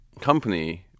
company